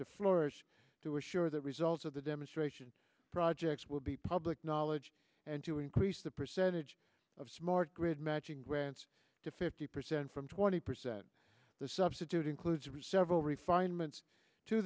to florence to assure the results of the demonstration projects will be public knowledge and to increase the percentage of smart grid matching grants to fifty percent from twenty percent the substitute includes re several refinements to